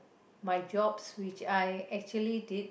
my jobs which I actually did